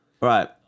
Right